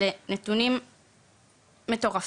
אלו נתונים מטורפים,